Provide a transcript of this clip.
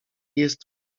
jest